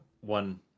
one